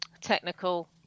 Technical